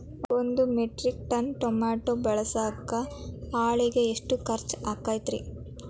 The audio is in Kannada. ಒಂದು ಮೆಟ್ರಿಕ್ ಟನ್ ಟಮಾಟೋ ಬೆಳಸಾಕ್ ಆಳಿಗೆ ಎಷ್ಟು ಖರ್ಚ್ ಆಕ್ಕೇತ್ರಿ?